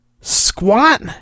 Squat